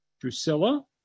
Drusilla